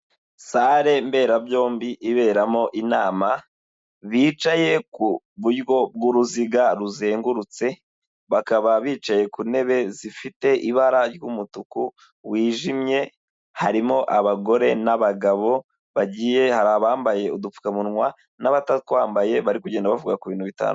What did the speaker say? Salle mberabyombi iberamo inama, bicaye ku buryo bw'uruziga ruzengurutse; bakaba bicaye ku ntebe zifite ibara ry'umutuku wijimye. Harimo abagore n'abagabo bagiye hari abambaye udupfukamunwa n'abatatwambaye, bari kugenda bavuga ku bintu bitanu.